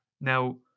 Now